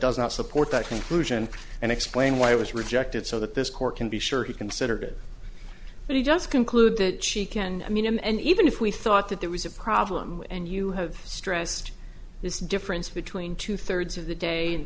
does not support that conclusion and explain why it was rejected so that this court can be sure he considered it but he does conclude that she can meet him and even if we thought that there was a problem and you have stressed this difference between two thirds of the day and